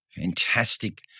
fantastic